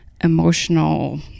emotional